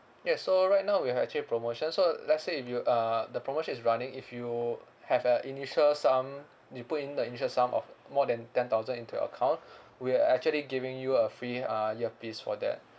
yes so right now we have actually promotion so let's say if you uh the promotion is running if you have a initial sum you put in the initial sum of more than ten thousand into your account we'll actually giving you a free uh earpiece for that